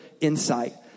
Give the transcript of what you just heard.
insight